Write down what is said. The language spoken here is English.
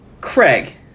craig